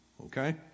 okay